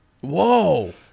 Whoa